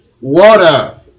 water